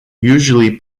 usually